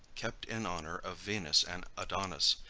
kept in honor of venus and adonis,